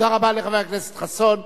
תודה רבה לחבר הכנסת חסון.